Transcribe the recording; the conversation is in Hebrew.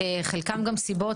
חלקן גם סיבות,